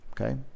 Okay